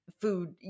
food